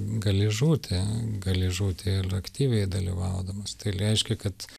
gali žūti gali žūti ir aktyviai dalyvaudamas tai reiškia kad